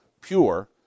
pure